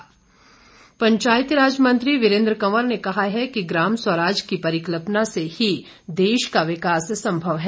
वीरेन्द्र कंवर पंचायतीराज मंत्री वीरेन्द्र कंवर ने कहा है कि ग्राम स्वराज की परिकल्ना से ही देश का विकास संभव है